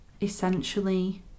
essentially